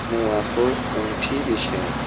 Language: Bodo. मुवाखौ ओंथि बेखेव